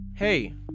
Hey